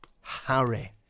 Harry